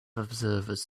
observers